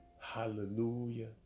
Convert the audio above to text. Hallelujah